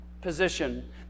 position